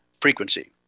frequency